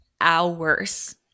hours